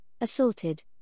assaulted